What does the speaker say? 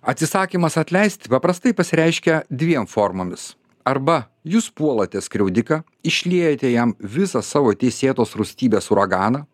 atsisakymas atleisti paprastai pasireiškia dviem formomis arba jūs puolate skriaudiką išliejate jam visą savo teisėtos rūstybės uraganą